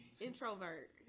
introvert